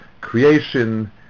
creation